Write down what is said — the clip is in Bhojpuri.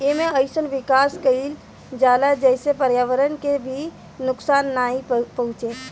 एमे अइसन विकास कईल जाला जेसे पर्यावरण के भी नुकसान नाइ पहुंचे